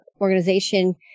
organization